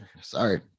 Sorry